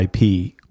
IP